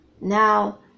now